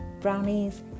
brownies